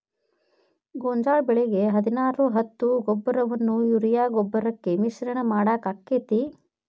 ಗೋಂಜಾಳ ಬೆಳಿಗೆ ಹದಿನಾರು ಹತ್ತು ಗೊಬ್ಬರವನ್ನು ಯೂರಿಯಾ ಗೊಬ್ಬರಕ್ಕೆ ಮಿಶ್ರಣ ಮಾಡಾಕ ಆಕ್ಕೆತಿ?